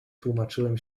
tłumaczyłem